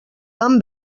vam